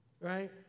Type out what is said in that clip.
right